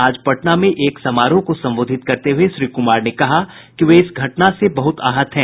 आज पटना में एक समारोह को संबोधित करते हुए श्री कुमार ने कहा कि वे इस घटना से बहुत आहत हैं